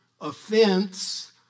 offense